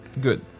Good